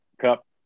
cup